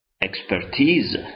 expertise